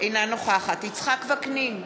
אינה נוכחת יצחק וקנין,